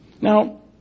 Now